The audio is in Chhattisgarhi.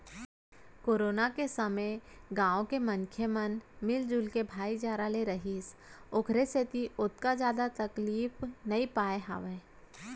कोरोना के समे गाँव के मनसे मन मिलजुल के भाईचारा ले रिहिस ओखरे सेती ओतका जादा तकलीफ नइ पाय हावय